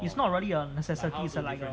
it's not really a necessity it's err like a